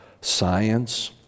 science